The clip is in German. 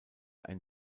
ein